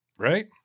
Right